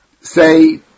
say